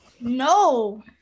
No